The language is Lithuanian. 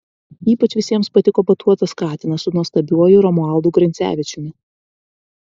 ypač visiems patiko batuotas katinas su nuostabiuoju romualdu grincevičiumi